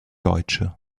deutsche